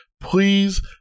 please